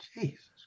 Jesus